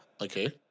Okay